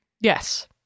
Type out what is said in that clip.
Yes